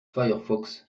firefox